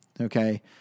Okay